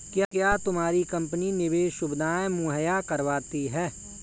क्या तुम्हारी कंपनी निवेश सुविधायें मुहैया करवाती है?